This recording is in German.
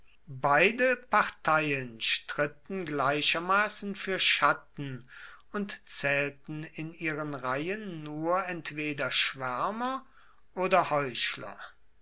beide parteien stritten gleichermaßen für schatten und zählten in ihren reihen nur entweder schwärmer oder heuchler